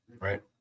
right